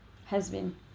has been